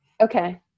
okay